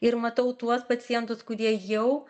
ir matau tuos pacientus kurie jau